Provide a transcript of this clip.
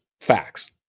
facts